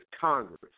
Congress